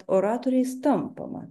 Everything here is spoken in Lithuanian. oratoriais tampama